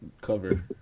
cover